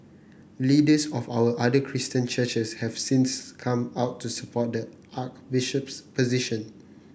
leaders of our other Christian churches have since come out to support the Archbishop's position